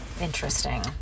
Interesting